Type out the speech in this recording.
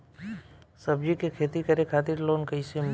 सब्जी के खेती करे खातिर लोन कइसे मिली?